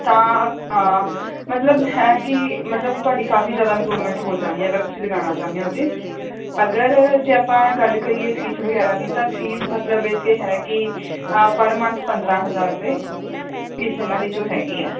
ਤਾਂ ਹਾਂ ਮਤਲਬ ਹੈ ਕਿ ਮਤਲਬ ਤੁਹਾਡੀ ਕਾਫ਼ੀ ਜ਼ਿਆਦਾ ਇੰਪਰੂਵਮੈਂਟ ਹੋ ਜਾਣੀ ਅਗਰ ਤੁਸੀਂ ਲਗਾਉਣਾ ਚਾਹੁੰਦੇ ਹੋ ਤਾਂ ਅਗਰ ਜੇ ਆਪਾਂ ਗੱਲ ਕਰੀਏ ਫੀਸ ਵਗੈਰਾ ਦੀ ਤਾਂ ਫੀਸ ਮਤਲਬ ਇਥੇ ਹੈ ਕਿ ਪਰ ਮੰਥ ਪੰਦਰਾਂ ਹਜ਼ਾਰ ਰੁਪਏ ਫੀਸ ਇਹਨਾਂ ਦੀ ਜੋ ਹੈਗੀ ਆ